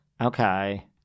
Okay